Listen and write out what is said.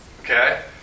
okay